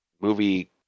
movie